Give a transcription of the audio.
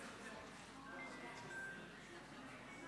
החוץ והביטחון